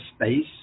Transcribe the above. space